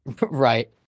right